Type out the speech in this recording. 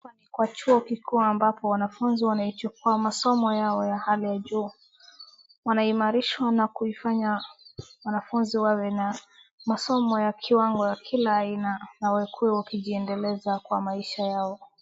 Kwa chuo kikuu ambapo wanafunzi wanaichukua masomo yao ya hali ya juu. Wanaimarishwa na kuifanya wanafunzi wawe na masomo ya kila aina na wakuwe wakijiendeleza kwa maisha yao.